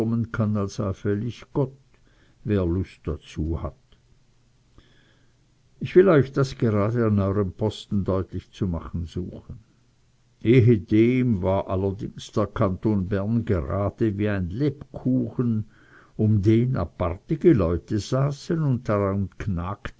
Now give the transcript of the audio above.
kann als allfällig gott wer lust dazu hat ich will euch das gerade an euerem posten deutlich zu machen suchen ehedem war allerdings der kanton bern gerade wie ein lebkuchen um den apartige leute saßen und daran